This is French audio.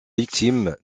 victime